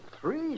Three